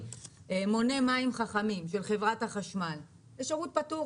מוני מים חכמים של חברת החשמל זה שירות פטור.